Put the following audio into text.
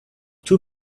two